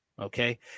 okay